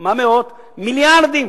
מה מאות, מיליארדים,